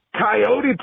Coyote